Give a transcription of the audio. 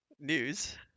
News